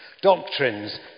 Doctrines